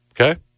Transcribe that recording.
Okay